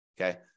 Okay